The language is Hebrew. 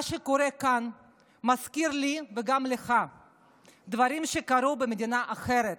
מה שקורה כאן מזכיר לי וגם לך דברים שקרו במדינה אחרת